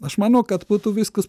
aš manau kad būtų viskas